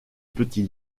petit